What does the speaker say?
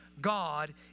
God